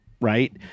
Right